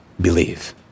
believe